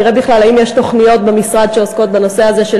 ונראה אם יש בכלל תוכניות במשרד שעוסקות בנושא הזה של